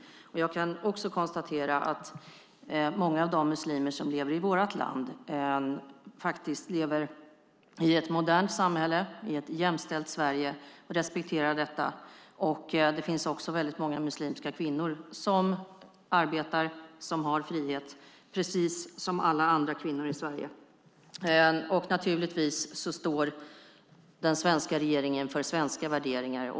Jag kan också konstatera att många av de muslimer som lever i vårt land lever i ett modernt samhälle i ett jämställt Sverige och respekterar detta. Det finns också väldigt många muslimska kvinnor som arbetar och har frihet, precis som alla andra kvinnor i Sverige. Naturligtvis står den svenska regeringen för svenska värderingar.